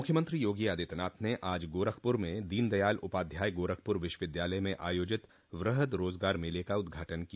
मुख्यमंत्री योगी आदित्यनाथ ने आज गोरखपुर में दीनदयाल उपाध्याय गोरखपुर विश्वविद्यालय में आयोजित वृह्द रोजगार मेला का उद्घाटन किया